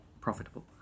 profitable